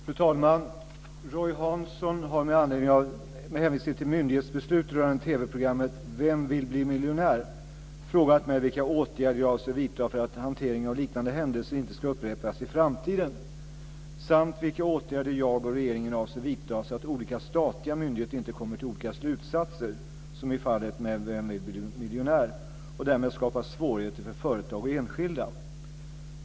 Fru talman! Roy Hansson har med hänvisning till myndighetsbeslut rörande TV-programmet "Vem vill bli miljonär?" frågat mig vilka åtgärder jag avser vidta för att hanteringen av liknande händelser inte ska upprepas i framtiden samt vilka åtgärder jag och regeringen avser vidta så att olika statliga myndigheter inte kommer till olika slutsatser, som i fallet med "Vem vill bli miljonär? ", och därmed skapar svårigheter för företag och enskilda?